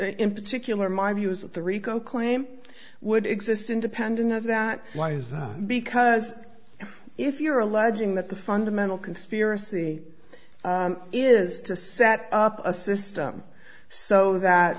in particular my view is that the rico claim would exist independent of that why is because if you're alleging that the fundamental conspiracy is to set up a system so that